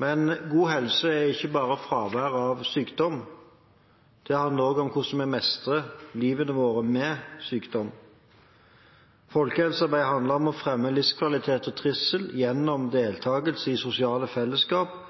Men god helse er ikke bare fravær av sykdom. Det handler også om hvordan vi mestrer livene våre med sykdom. Folkehelsearbeid handler om å fremme livskvalitet og trivsel gjennom deltakelse i sosiale fellesskap